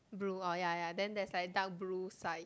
blue oh ya ya then that's like dark blue side